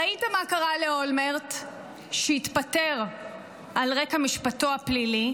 ראית מה קרה לאולמרט שהתפטר על רקע משפטו הפלילי,